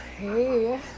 Hey